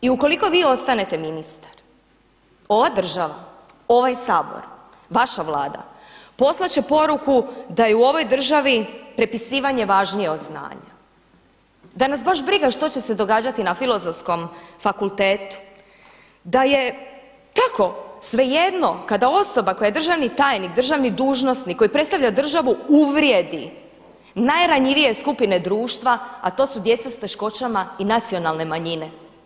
I ukoliko vi ostanete ministar ova država, ovaj Sabor, vaša Vlada poslati će poruku da je u ovoj državi prepisivanje važnije od znanja, da nas baš briga što će se događati na Filozofskom fakultetu, da je tako, svejedno kada osoba koja je državni tajnik, državni dužnosnik koji predstavlja državu uvrijedi najranjivije skupine društva a to su djeca sa teškoćama i nacionalne manjine.